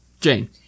Jane